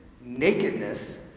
nakedness